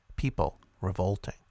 #PeopleRevolting